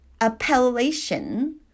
appellation